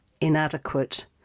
inadequate